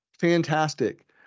fantastic